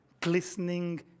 glistening